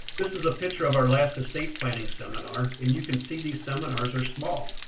this is a picture of our last estate planning seminar, and you can see these seminars are small.